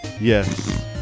Yes